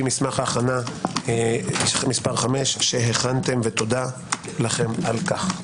מסמך ההכנה מס' 5 שהכנתם ותודה לכם על כך.